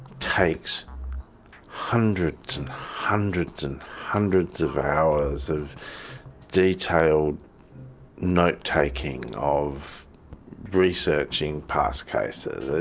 takes hundreds and hundreds and hundreds of hours of detailed note taking, of researching past cases,